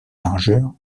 largeur